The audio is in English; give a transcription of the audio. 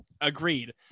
agreed